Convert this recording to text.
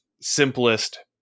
simplest